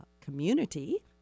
community